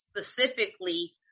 specifically